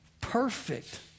perfect